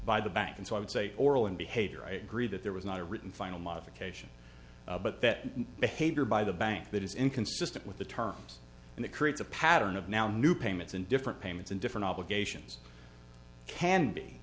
by the bank and so i would say oral and behavior i agree that there was not a written final modification but that behavior by the bank that is inconsistent with the terms and it creates a pattern of now new payments and different payments in different obligations can